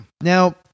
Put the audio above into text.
Now